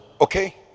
okay